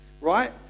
right